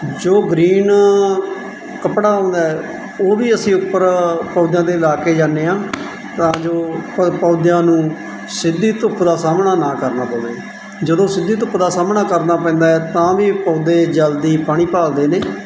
ਜੋ ਗਰੀਨ ਕੱਪੜਾ ਆਉਂਦਾ ਉਹ ਵੀ ਅਸੀਂ ਉੱਪਰ ਪੌਦਿਆਂ ਦੇ ਲਾ ਕੇ ਜਾਂਦੇ ਹਾਂ ਤਾਂ ਜੋ ਪੌ ਪੌਦਿਆਂ ਨੂੰ ਸਿੱਧੀ ਧੁੱਪ ਦਾ ਸਾਹਮਣਾ ਨਾ ਕਰਨਾ ਪਵੇ ਜਦੋਂ ਸਿੱਧੀ ਧੁੱਪ ਦਾ ਸਾਹਮਣਾ ਕਰਨਾ ਪੈਂਦਾ ਹੈ ਤਾਂ ਵੀ ਪੌਦੇ ਜਲਦੀ ਪਾਣੀ ਭਾਲਦੇ ਨੇ